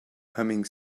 humming